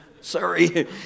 Sorry